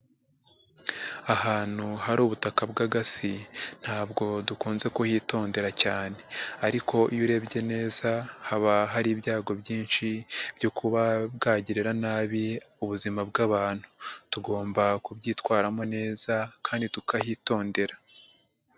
Ahantu hari ubutaka bw'agasi, ntabwo dukunze kuhitondera cyane ariko iyo urebye neza, haba hari ibyago byinshi byo kuba bwagirira nabi ubuzima bw'abantu. Tugomba kubyitwaramo neza kandi tukahitondera.